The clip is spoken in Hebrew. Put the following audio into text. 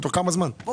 תוך כמה זמן?